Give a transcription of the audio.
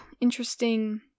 interesting